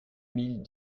mille